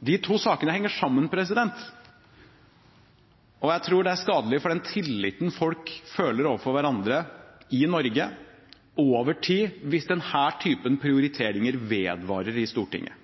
De to sakene henger sammen, og over tid tror jeg det er skadelig for den tilliten folk føler overfor hverandre i Norge, hvis denne typen prioriteringer vedvarer i Stortinget.